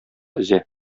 өзә